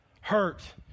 hurt